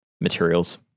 materials